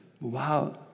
Wow